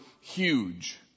huge